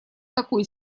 такой